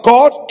God